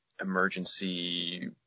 emergency